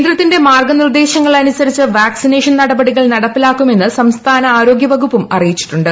കേന്ദ്രത്തിന്റെ മാർഗനിർദേശങ്ങളനുസരിച്ച് വാക്സിനേഷൻ നടപടികൾ ് നടപ്പിലാക്കുമെന്ന് സംസ്ഥാന ആരോഗ്യവകുപ്പും അറിയിച്ചിട്ടുണ്ട്